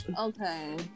Okay